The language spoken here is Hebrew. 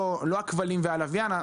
לא בכבלים ובלוויין.